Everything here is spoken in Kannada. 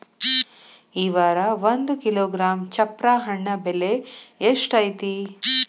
ಈ ವಾರ ಒಂದು ಕಿಲೋಗ್ರಾಂ ಚಪ್ರ ಹಣ್ಣ ಬೆಲೆ ಎಷ್ಟು ಐತಿ?